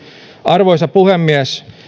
arvoisa puhemies